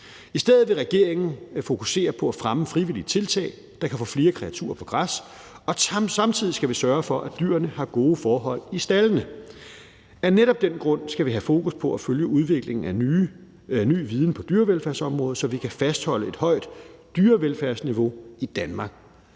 I stedet vil regeringen fokusere på at fremme frivillige tiltag, der kan få flere kreaturer på græs, og samtidig skal vi sørge for, at dyrene har gode forhold i staldene. Af netop den grund skal vi have fokus på at følge udviklingen af ny viden på dyrevelfærdsområdet, så vi kan fastholde et højt dyrevelfærdsniveau i Danmark.